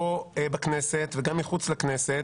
לוועדת הכנסת.